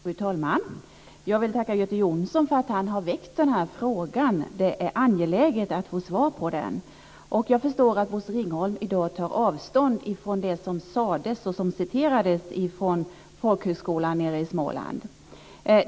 Fru talman! Jag vill tacka Göte Jonsson för att han har väckt denna fråga. Det är angeläget att få svar på den. Jag förstår att Bosse Ringholm i dag tar avstånd från det som sades och som citerades från folkhögskolan i Småland.